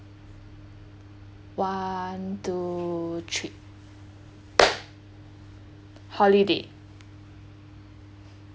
one two three holiday